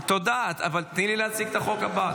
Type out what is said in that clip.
--- תודה, אבל תני לי להציג את החוק הבא.